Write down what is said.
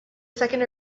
second